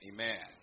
Amen